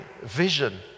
vision